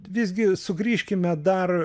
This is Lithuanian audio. visgi sugrįžkime dar